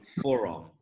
forum